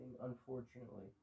unfortunately